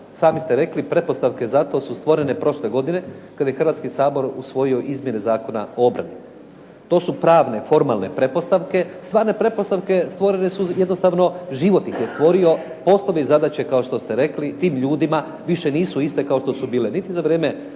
Sami ste rekli pretpostavke za to su stvorene prošle godine kad je Hrvatski sabor usvojio izmjene Zakona o obrani. To su pravne, formalne pretpostavke. Stvarne pretpostavke stvorene su, jednostavno, život ih je stvorio. Poslovi, zadaće, kao što ste rekli, tim ljudima više nisu iste kao što su bile niti za vrijeme